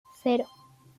cero